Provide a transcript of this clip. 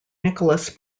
nicholas